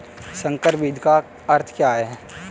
संकर बीज का अर्थ क्या है?